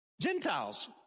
Gentiles